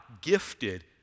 gifted